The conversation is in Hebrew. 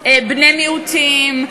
בני מיעוטים,